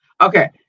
Okay